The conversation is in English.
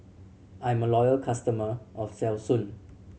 I'm a loyal customer of Selsun